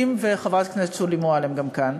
חברת הכנסת שולי מועלם גם כאן,